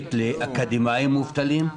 מקצועית לאקדמאים מובטלים?